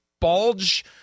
bulge